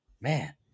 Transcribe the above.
Man